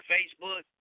Facebook